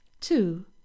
two